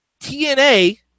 TNA